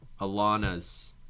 Alana's